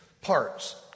Parts